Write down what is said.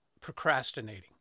procrastinating